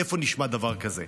איפה נשמע דבר כזה?